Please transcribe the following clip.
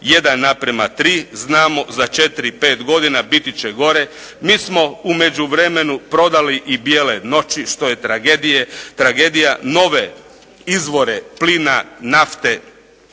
je taj odnos 1:3, znamo za 4, 5 godina biti će gore. Mi smo u međuvremenu prodali i bijele noći što je tragedija. Nove izvore plina, nafte